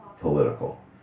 political